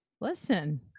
Listen